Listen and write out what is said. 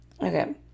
Okay